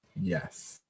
Yes